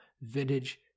vintage